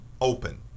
open